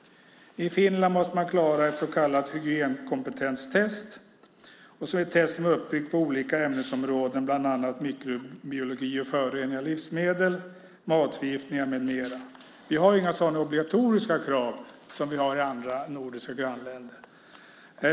I Finland måste man klara ett så kallat hygienkompetenstest, alltså ett test som är uppbyggt på olika ämnesområden, bland annat mikrobiologi och förorening av livsmedel, matförgiftningar med mera. Vi har inga sådana obligatoriska krav som de har i våra nordiska grannländer.